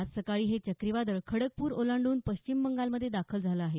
आज सकाळी हे चक्रीवादळ खडगपूर ओलांड्रन पश्चिम बंगालमध्ये दाखल झालं आहे